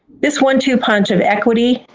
this one-two punch of equity,